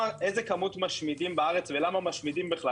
איזו כמות משמידים בארץ ולמה משמידים בכלל?